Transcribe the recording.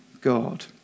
God